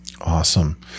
Awesome